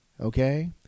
Okay